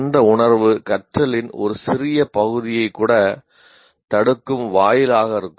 அந்த உணர்வு கற்றலின் ஒரு சிறிய பகுதியை கூட தடுக்கும் ஒரு வாயிலாக இருக்கும்